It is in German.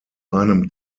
einem